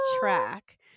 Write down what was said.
track